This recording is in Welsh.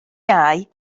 iau